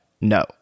No